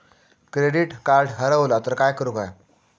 Credit card हरवला तर काय करुक होया?